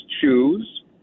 choose